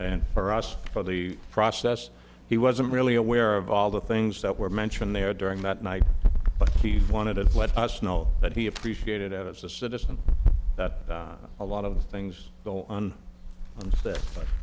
and for us for the process he wasn't really aware of all the things that were mentioned there during that night but he wanted to let us know that he appreciated as a citizen that a lot of things go on